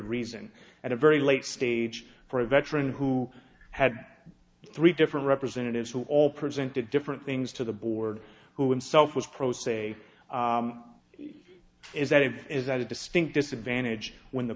reason at a very late stage for a veteran who had three different representatives who all presented different things to the board who himself was pro se is that it is at a distinct disadvantage when the